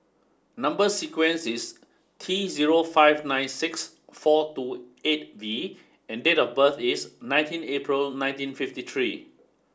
number sequence is T zero five nine six four two eight V and date of birth is nineteen April ninety fifty three